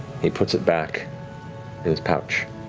he puts it back in his pouch